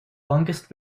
longest